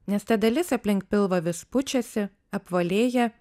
nes ta dalis aplink pilvą vis pučiasi apvalėja